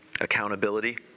accountability